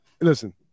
listen